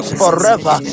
forever